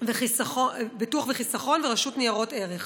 וחיסכון ורשות ניירות ערך.